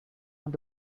want